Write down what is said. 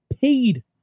paid